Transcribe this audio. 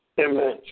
Amen